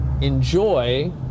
enjoy